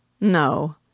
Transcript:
No